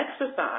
exercise